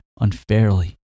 unfairly